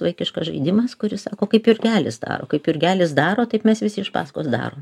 vaikiškas žaidimas kuris sako kaip jurgelis daro kaip jurgelis daro taip mes visi iš pasakos darom